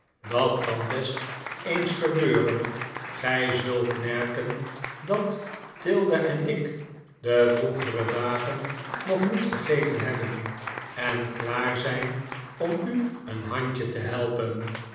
dat kan best eens gebeuren gij zult merken dat tilda en ik de vroegere dagen nog niet vergeten hebben en klaar zijn om u een handje te helpen